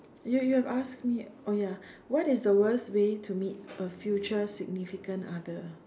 you you've asked me oh ya what is the worst way to meet a future significant other